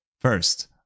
First